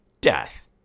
death